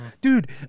Dude